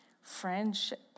friendship